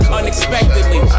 unexpectedly